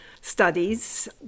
studies